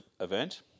event